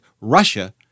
Russia